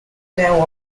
now